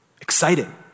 Exciting